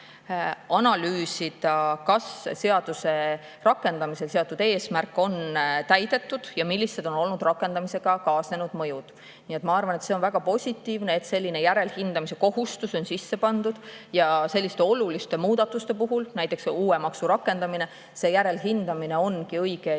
analüüsida, kas seaduse rakendamisel seatud eesmärk on täidetud ja millised on olnud rakendamisega kaasnenud mõjud. Ma arvan, et on väga positiivne, et selline järelhindamise kohustus on siia sisse pandud. Selliste oluliste muudatuste puhul, näiteks uue maksu rakendamise korral, see järelhindamine ongi õige.